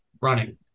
running